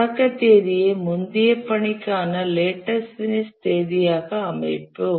தொடக்க தேதியை முந்தைய பணிக்கான லேட்டஸ்ட் பினிஷ் தேதியாக அமைப்போம்